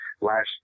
last